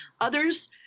Others